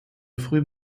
früh